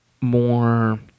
more